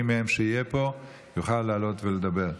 מי מהם שיהיה פה יוכל לעלות לדבר.